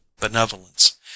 benevolence